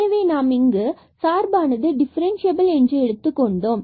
எனவே நாம் இங்கு சார்பானது டிஃபரென்ஸ்சியபில் என்று எடுத்துக் கொண்டோம்